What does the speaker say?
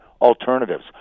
alternatives